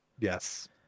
Yes